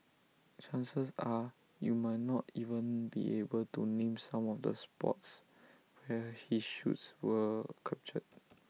chances are you might not even be able to name some of the spots where his shots were captured